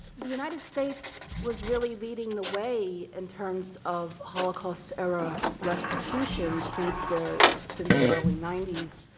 the united states was really leading the way in terms of holocaust-era restitution since the since the early ninety s.